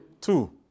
Two